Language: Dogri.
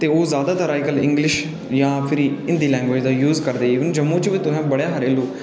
ते ओह् ज्यादातर अजकल इंंगलिश जां फिर हिन्दी लैंग्वेज दा जूय करदे इबन जम्मू च बी तुसें बड़े सारे हिन्दू